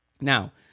now